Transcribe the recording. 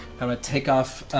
and to take off